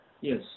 Yes